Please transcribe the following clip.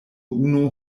unu